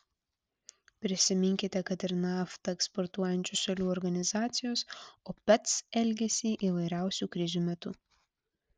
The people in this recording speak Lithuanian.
prisiminkite kad ir naftą eksportuojančių šalių organizacijos opec elgesį įvairiausių krizių metu